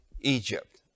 Egypt